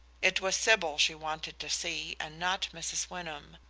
it was sybil she wanted to see, and not mrs. wyndham.